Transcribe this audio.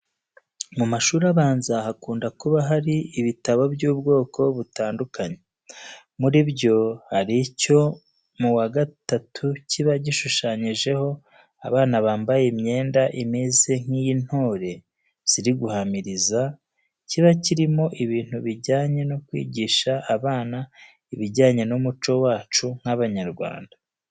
Mu mashuri abanza hakunda kuba hari ibitabo by'ubwoko butandukanye. Muri byo hari icyo mu wa gatatu kiba gishushanyijeho abana bambaye imyenda imeze nk'iy'intore ziri guhamiriza, kiba kirimo ibintu bijyanye no kwigisha abana ibijyanye n'umuco wacu nk'Abanyarwanda.